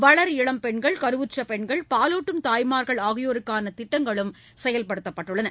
வளர்இளம் பெண்கள் கருவுற்ற பெண்கள் பாலூட்டும் தாய்மா்கள் ஆகியோருக்கான திட்டங்களும் செயல்படுத்தப்பட்டுள்ளன